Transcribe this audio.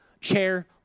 chair